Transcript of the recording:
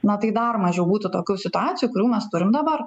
na tai dar mažiau būtų tokių situacijų kurių mes turim dabar